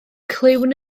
clywn